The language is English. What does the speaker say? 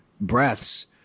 breaths